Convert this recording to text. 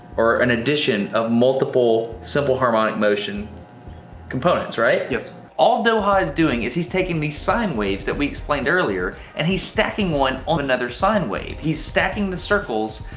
or an addition of multiple simple harmonic motion components, right? yes. all doga is doing is he's taking these sine waves that we explained earlier and he's stacking one on another sine wave. he's stacking the circles,